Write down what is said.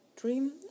dream